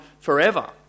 forever